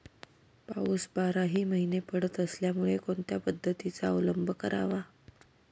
पाऊस बाराही महिने पडत असल्यामुळे कोणत्या पद्धतीचा अवलंब करावा?